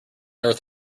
earth